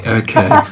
okay